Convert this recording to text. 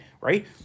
right